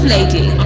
Lady